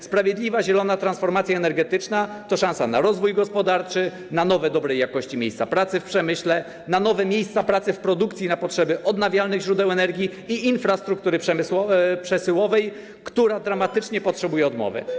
Sprawiedliwa zielona transformacja energetyczna to szansa na rozwój gospodarczy, na nowe, dobrej jakości miejsca pracy w przemyśle, na nowe miejsca pracy w produkcji na potrzeby odnawialnych źródeł energii i infrastruktury przesyłowej, która dramatycznie potrzebuje odnowy.